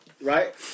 right